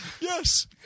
Yes